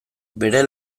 bere